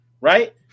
right